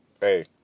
hey